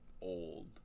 old